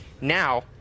Now